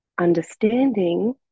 Understanding